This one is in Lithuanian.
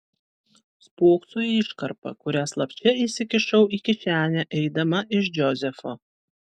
spokso į iškarpą kurią slapčia įsikišau į kišenę eidama iš džozefo